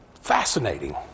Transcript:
fascinating